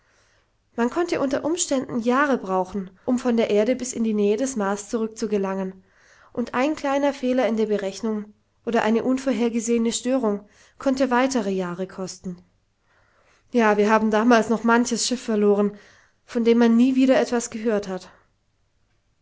man konnte unter umständen jahre brauchen um von der erde bis in die nähe des mars zurückzugelangen und ein kleiner fehler in der berechnung oder eine unvorhergesehene störung konnte weitere jahre kosten ja wir haben damals noch manches schiff verloren von dem man nie wieder etwas gehört hat